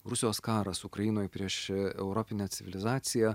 rusijos karas ukrainoj prieš europinę civilizaciją